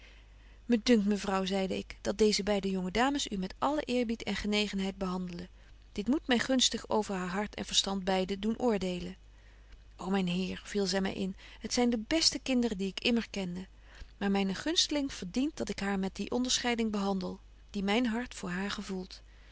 me dunkt mevrouw zeide ik dat deeze beide jonge dames u met allen eerbied en genegenheid behandelen dit moet my gunstig over haar hart en verstand beide doen oordeelen ô myn heer viel zy my in het zyn de beste kinderen die ik immer kende maar myne gunsteling verdient dat ik haar met die onderscheiding behandel die myn hart voor haar gevoelt